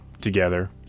together